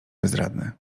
bezradny